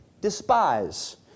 despise